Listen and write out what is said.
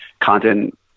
content